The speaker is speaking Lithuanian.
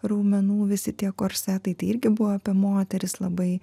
raumenų visi tie korsetai tai irgi buvo apie moteris labai